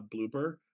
blooper